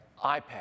iPad